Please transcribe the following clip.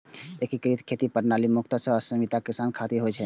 एकीकृत खेती प्रणाली मुख्यतः छोट आ सीमांत किसान खातिर होइ छै